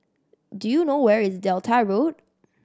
do you know where is Delta Road